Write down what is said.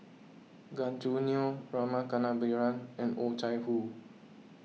Gan Choo Neo Rama Kannabiran and Oh Chai Hoo